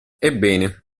ebbene